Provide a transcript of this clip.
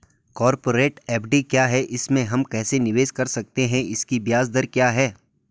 Corporate FD क्या है इसमें हम कैसे निवेश कर सकते हैं इसकी ब्याज दर क्या है?